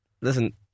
Listen